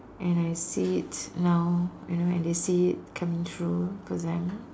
and I see it now I know I didn't see it coming through for them